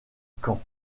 caen